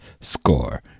score